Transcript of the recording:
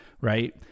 right